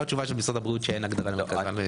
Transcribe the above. אבל זו לא התשובה של משרד הבריאות שאין הגדרה למרכז-על,